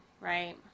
right